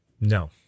no